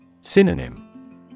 Synonym